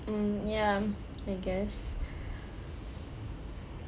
mm ya I guess